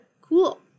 cool